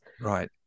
right